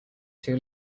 two